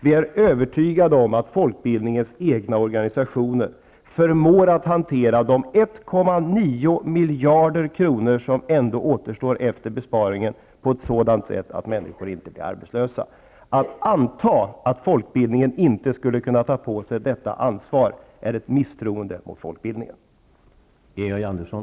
Vi är övertygade om att folkbildningens egna organisationer förmår att hantera de 1,9 miljarder kronor som ändå återstår efter besparingen på ett sådant sätt att människor inte blir arbetslösa. Att anta att folkbildningen inte skulle kunna ta på sig detta ansvar är att misstro folkbildningen.